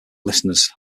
listeners